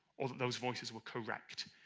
or those voices were correct.